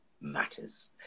matters